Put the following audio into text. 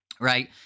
right